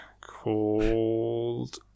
called